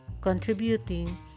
contributing